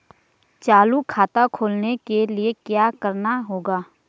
चालू खाता खोलने के लिए क्या करना होगा?